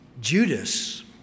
Judas